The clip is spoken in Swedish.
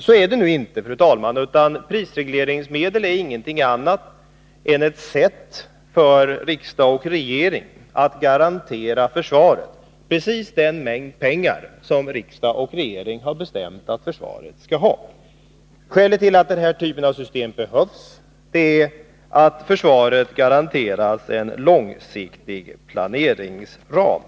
Så är det nu inte, fru talman, utan prisregleringsmedel är ingenting annat än ett sätt för riksdag och regering att garantera försvaret precis den mängd pengar som riksdag och regering har bestämt att försvaret skall ha. Skälet till att denna typ av system behövs är att försvaret garanteras en långsiktig planeringsram.